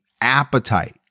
appetite